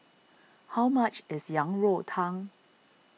how much is Yang Rou Tang